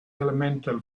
elemental